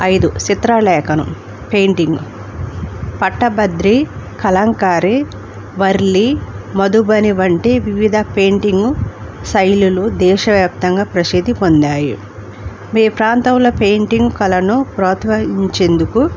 ఐదు చిత్రలేఖనం పెయింటింగ్ పట్టభద్రి కలంకారీ వర్లీ మధుబని వంటి వివిధ పెయింటింగ్ శైలులు దేశవ్యాప్తంగా ప్రసిద్ధి పొందాయి మీ ప్రాంతంలో పెయింటింగ్ కలను ప్రోత్సహించేందుకు